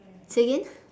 say again